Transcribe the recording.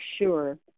sure